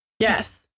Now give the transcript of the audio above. Yes